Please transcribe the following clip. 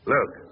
Look